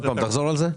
תחזור על דבריך.